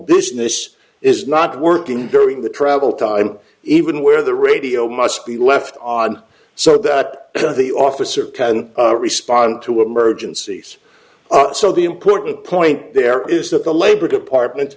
business is not working during the travel time even where the radio must be left on so that the officer can respond to emergencies so the important point there is that the labor department